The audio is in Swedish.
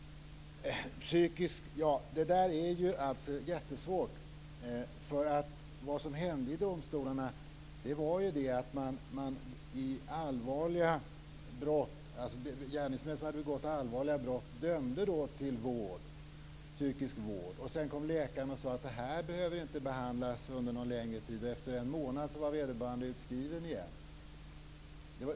Det här med psykisk störning är jättesvårt. Vad som hände var att domstolarna dömde gärningsmän som begått allvarliga brott till psykisk vård. Sedan kom läkaren och sade att det inte behövdes behandling någon längre tid, och efter en månad var vederbörande utskriven igen.